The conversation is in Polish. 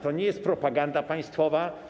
To nie jest propaganda państwowa.